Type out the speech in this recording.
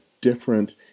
different